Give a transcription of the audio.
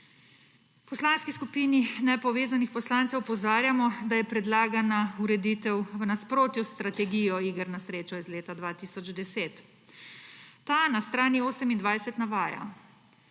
V Poslanski skupini nepovezanih poslancev opozarjamo, da je predlagana ureditev v nasprotju s strategijo iger na srečo iz leta 2010. Ta na strani 28 navaja: